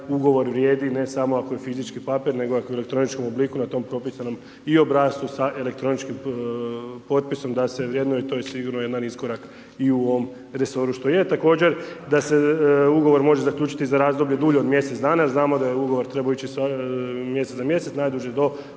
ugovor vrijedi, ne samo ako je fizički papir, nego ako je i elektroničkom obliku na tom propisanom i obrascu sa elektroničkim potpisujemo da se vrednuje i to je sigurno jedan iskorak i u ovom resoru što je. Također, da se ugovor može zaključiti za razdoblje dulje od mjesec dana, jer znamo da je ugovor trebao ići iz mjeseca za mjesec, najduže do